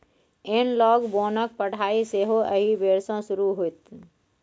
एनलॉग बोनक पढ़ाई सेहो एहि बेर सँ शुरू होएत